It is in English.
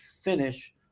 finish